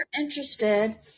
interested